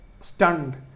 stunned